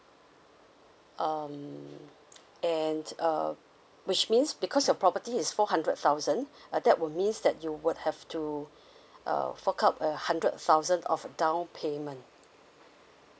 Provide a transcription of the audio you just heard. um and uh which means because your property is four hundred thousand uh that will means that you would have to uh fork up a hundred thousand of down payment